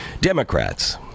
democrats